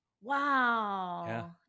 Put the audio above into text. wow